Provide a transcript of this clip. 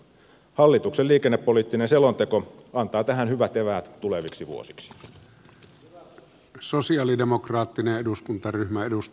hallituksen liikennepoliittinen selonteko antaa tähän hyvät eväät tuleviksi vuosiksi